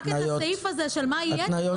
רק את הסעיף הזה של מה יהיה תורידו,